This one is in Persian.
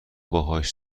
باهاش